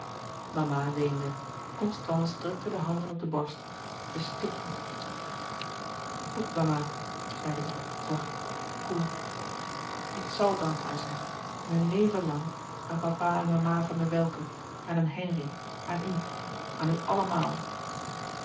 mama weende constance drukte de handen op de borst zij stikte goed mama zeide zij zacht koel ik zal dankbaar zijn mijn leven lang aan papa en mama van der welcke aan henri aan u aan u allemaal